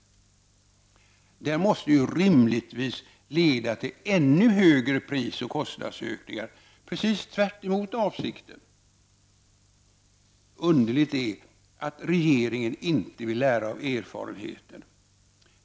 Det måste rimligtvis leda till ännu högre prisoch kostnadsökningar — precis tvärtemot avsikten! Underligt är att regeringen inte vill lära av erfarenheten.